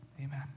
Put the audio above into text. Amen